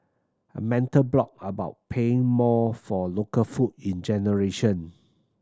a mental block about paying more for local food in generation